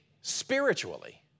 spiritually